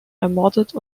ermordet